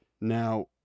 Now